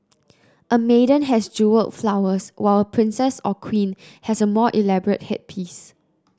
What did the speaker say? a maiden has jewelled flowers while a princess or queen has a more elaborate headpiece